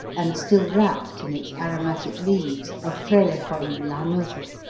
and still wrapped in its aromatic leaves of frailejon lanudo